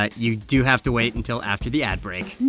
ah you do have to wait until after the ad break.